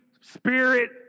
spirit